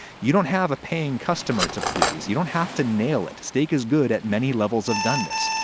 you don't have a paying customer to please, you don't have to nail it. steak is good at many levels of doneness.